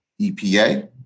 EPA